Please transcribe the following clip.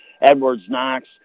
Edwards-Knox